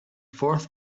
fourth